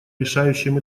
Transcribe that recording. решающем